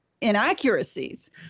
inaccuracies